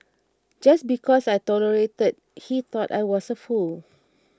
just because I tolerated he thought I was a fool